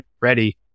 ready